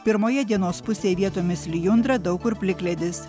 pirmoje dienos pusėje vietomis lijundra daug kur plikledis